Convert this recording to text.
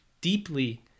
deeply